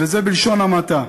זה בלשון המעטה.